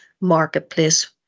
marketplace